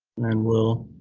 and we'll